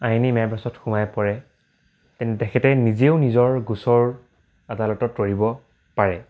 আইনী মেৰপাচত সোমাই পৰে তেন্তে তেখেতে নিজেও নিজৰ গোচৰ আদালত তৰিব পাৰে